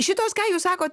šitos ką jūs sakot